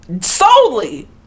solely